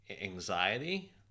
anxiety